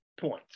points